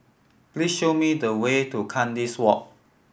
please show me the way to Kandis Walk